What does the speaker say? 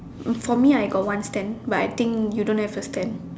for me I got one stand but I think you don't have a stand